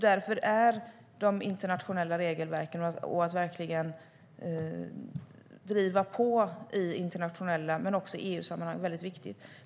Därför är de internationella regelverken och att verkligen driva på i internationella sammanhang men också i EU-sammanhang väldigt viktigt.